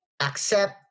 accept